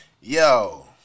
Yo